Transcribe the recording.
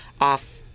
off